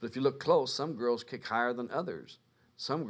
the few look close some girls kick higher than others some